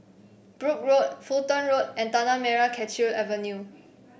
Brooke Road Fulton Road and Tanah Merah Kechil Avenue